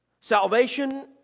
Salvation